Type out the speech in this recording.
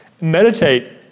Meditate